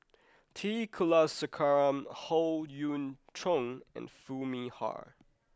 T Kulasekaram Howe Yoon Chong and Foo Mee Har